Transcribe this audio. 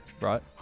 right